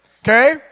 Okay